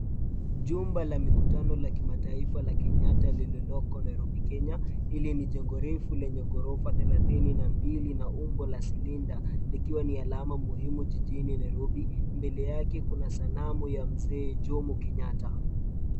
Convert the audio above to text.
Jumba la mikutano la kimataifa la Kenyatta lililoko Nairobi Kenya, hili ni jengo refu lenye ghorofa thelathini na mbili, na umbo la cilinda ,likiwa ni alama muhimu jijini Nairobi. Mbele yake Kuna sanamu ya mzee jomo kenyatta.